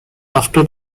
after